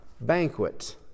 banquet